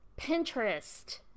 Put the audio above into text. Pinterest